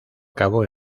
cabo